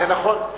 זה נכון,